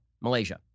Malaysia